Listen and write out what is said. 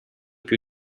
più